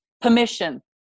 permission